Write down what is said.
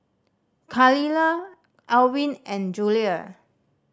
Khalilah Alwin and Julia